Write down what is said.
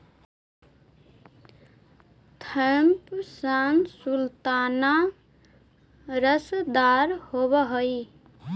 Thompson sultana रसदार होब हई